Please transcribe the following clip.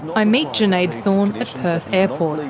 i meet junaid thorne at perth airport,